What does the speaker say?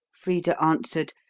frida answered,